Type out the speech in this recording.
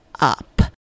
up